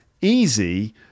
easy